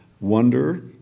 wonder